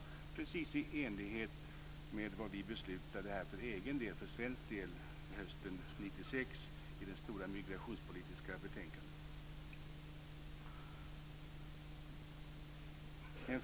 Detta är precis i enlighet med vad vi beslutade här för svensk del hösten 1996 när vi behandlade det stora migrationspolitiska betänkandet.